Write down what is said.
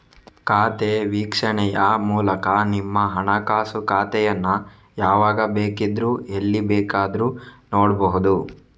ಖಾತೆ ವೀಕ್ಷಣೆಯ ಮೂಲಕ ನಿಮ್ಮ ಹಣಕಾಸು ಖಾತೆಯನ್ನ ಯಾವಾಗ ಬೇಕಿದ್ರೂ ಎಲ್ಲಿ ಬೇಕಾದ್ರೂ ನೋಡ್ಬಹುದು